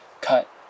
cut